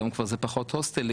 היום כבר זה פחות הוסטלים,